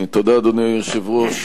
אדוני היושב-ראש,